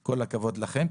- כל הכבוד לכם.